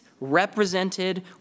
represented